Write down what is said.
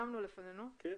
כן.